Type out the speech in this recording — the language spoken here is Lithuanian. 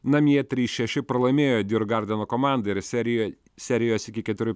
namie trys šeši pralaimėjo djurgardeno komandai ir serijoj serijos iki keturių